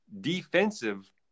defensive